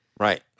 Right